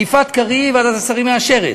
יפעת קריב, ועדת השרים מאשרת,